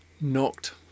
knocked